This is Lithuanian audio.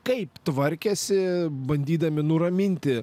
kaip tvarkėsi bandydami nuraminti